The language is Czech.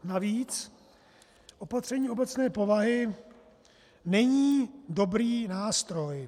Navíc opatření obecné povahy není dobrý nástroj.